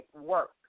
work